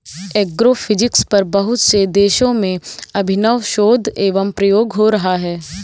agrophysics पर बहुत से देशों में अभिनव शोध एवं प्रयोग हो रहा है